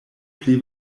pli